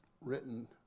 written